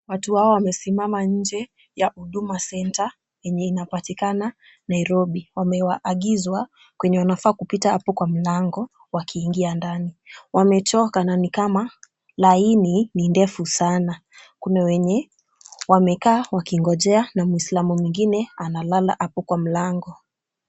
Watu hawa wamesimama nje ya Huduma Centre yenye inapatikana Nairobi. Wameagizwa kwenye wanafaa kupita hapo kwa mlango wakiingia ndani. Wamechoka ni kama laini ni ndefu sana, kuna wenye wamekaa wakingojea na mwislamu mwengine analala hapo kwa mlango.